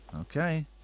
okay